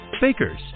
Baker's